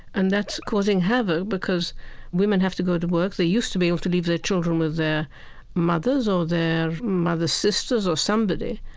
and that's causing havoc because women have to go to work. they used to be able to leave their children with their mothers or their mother's sisters or somebody.